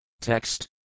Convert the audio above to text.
Text